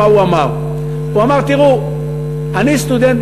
רווח והפסד,